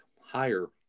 higher